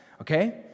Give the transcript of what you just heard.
okay